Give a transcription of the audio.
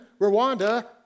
Rwanda